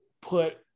put